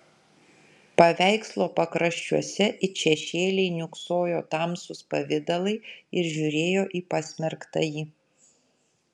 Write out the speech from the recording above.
paveikslo pakraščiuose it šešėliai niūksojo tamsūs pavidalai ir žiūrėjo į pasmerktąjį